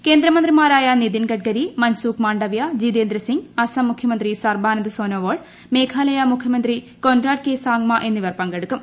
കേന്ദ്രമന്ത്രിമാരായ നിതിൻ ഗഡ്കരി മൻസൂഖ് മാണ്ഡവൃ ജിതേന്ദ്ര സിങ് അസം മുഖ്യമന്ത്രി സർബാനന്ദ സോനോവാൾ മേഘാലയ മുഖ്യമന്ത്രി കോൺറാഡ് കെ സങ്മ എന്നിവർ പങ്കെടുക്കും